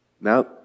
Now